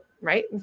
right